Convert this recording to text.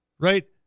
Right